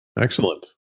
Excellent